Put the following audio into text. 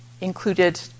included